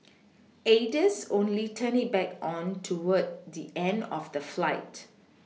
aides only turned it back on toward the end of the flight